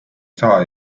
saa